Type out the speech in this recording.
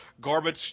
garbage